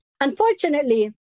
Unfortunately